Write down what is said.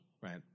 right